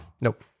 Nope